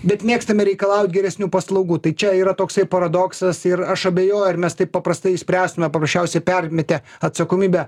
bet mėgstame reikalaut geresnių paslaugų tai čia yra toksai paradoksas ir aš abejoju ar mes taip paprastai išspręstume paprasčiausiai permetę atsakomybę